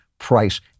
price